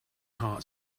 heart